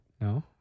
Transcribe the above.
No